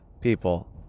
people